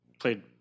played